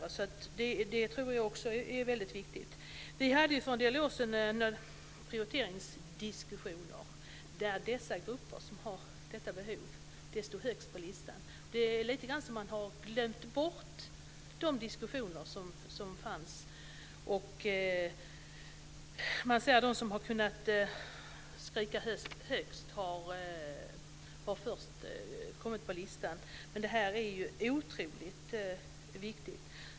Vi hade för en del år sedan prioriteringsdiskussioner där de grupper som har detta behov stod högst på listan. Det är lite grann som om vi har glömt bort de diskussioner som då fördes. De som har kunnat skrika högst har kommit högst på listan. Men det här är ju otroligt viktigt.